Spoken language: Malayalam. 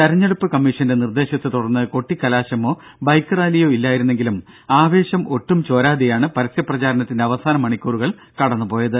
തെരഞ്ഞെടുപ്പ് കമ്മീഷന്റെ നിർദേശത്തെ തുടർന്ന് കൊട്ടിക്കലാശമോ ബൈക്ക് റാലിയോ ഇല്ലായിരുന്നെങ്കിലും ആവേശം ഒട്ടും ചോരാതെയാണ് പരസ്യ പ്രചാരണത്തിന്റെ അവസാന മണിക്കൂറുകൾ കടന്നു പോയത്